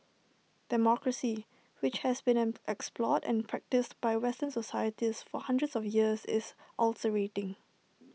democracy which has been an explored and practised by western societies for hundreds of years is ulcerating